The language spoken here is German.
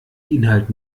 inhalt